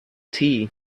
tea